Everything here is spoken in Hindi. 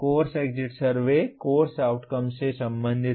course exit survey course outcomes से संबंधित है